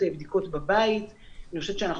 זאת אומרת,